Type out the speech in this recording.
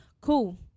cool